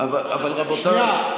אבל רבותיי,